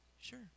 Sure